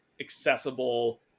accessible